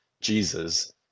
jesus